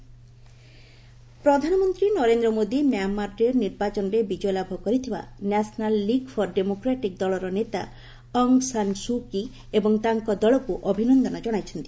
Aung San Suu Kyi ଅଭିନନ୍ଦନ ପ୍ରଧାନମନ୍ତ୍ରୀ Narendra Modi Myanmar ନିର୍ବାଚନରେ ବିଜୟ ଲାଭ କରିଥିବା ନ୍ୟାସନାଲ୍ ଲିଗ୍ ଫର୍ ଡେମୋକ୍ରାଟିକ୍ ଦଳର ନେତା ଅଙ୍ଗ୍ ସାନ୍ ସ୍କୁ କି ଏବଂ ତାଙ୍କ ଦଳକୁ ଅଭିନନ୍ଦନ ଜଣାଇଛନ୍ତି